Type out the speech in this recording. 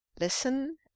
Listen